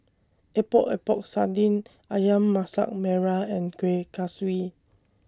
Epok Epok Sardin Ayam Masak Merah and Kuih Kaswi